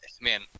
man